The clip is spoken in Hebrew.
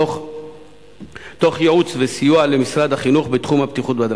תוך ייעוץ וסיוע למשרד החינוך בתחום הבטיחות בדרכים,